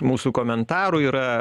mūsų komentarų yra